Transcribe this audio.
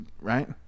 right